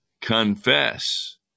confess